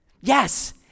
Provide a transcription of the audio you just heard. Yes